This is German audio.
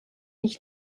ich